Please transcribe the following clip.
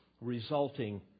resulting